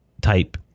type